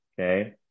Okay